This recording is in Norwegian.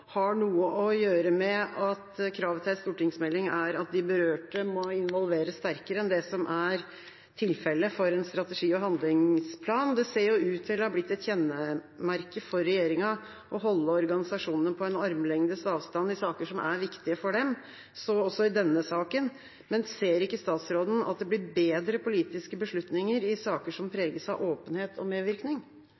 har noe å gjøre med at kravene til en stortingsmelding gjør at de berørte må involveres sterkere enn det som er tilfellet med en strategi- og handlingsplan. Det ser jo ut til å ha blitt et kjennemerke for regjeringa å holde organisasjonene på armlengdes avstand i saker som er viktige for dem, så også i denne saken. Ser ikke statsråden at det blir bedre politiske beslutninger i saker som